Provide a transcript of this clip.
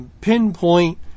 pinpoint